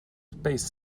space